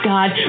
God